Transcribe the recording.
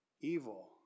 evil